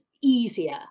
easier